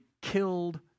killed